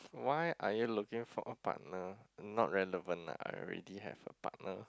why are you looking for a partner not relevant lah I already have a partner